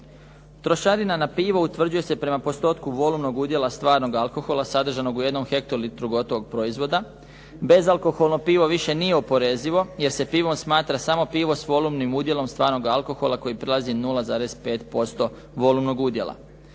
Trošarina na pivo utvrđuje se prema postotku volumnog udjela stvarnog alkohola sadržanog u jednom hektolitru gotovog proizvoda. Bezalkoholno pivo više nije oporezivo jer se pivom smatra samo pivo s volumnim udjelom stvarnog alkohola koji prelazi 0,5% volumnog udjela.